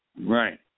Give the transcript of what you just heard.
Right